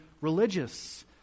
religious